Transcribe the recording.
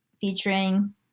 featuring